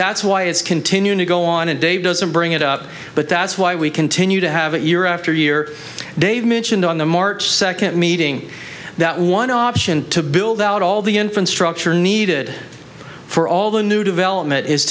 that's why it's continuing to go on and dave doesn't bring it up but that's why we continue to have it year after year dave mentioned on the march second meeting that one option to build out all the infrastructure needed for all the new development is